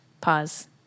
Pause